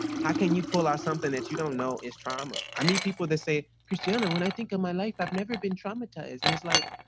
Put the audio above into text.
how can you pull out something that you don't know is trauma? i mean, people that say, christiana, when i think of my life, i've never been traumatized. and it's like,